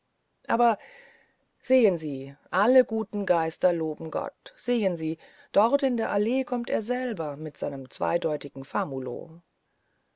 aber sehen sie alle gute geister loben gott sehen sie dort in der allee kommt er selber mit seinem zweideutigen